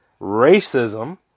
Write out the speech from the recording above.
racism